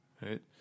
Right